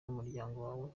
n’umuryango